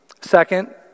Second